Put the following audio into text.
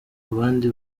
abandi